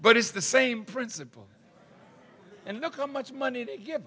but it's the same principle and look how much money they g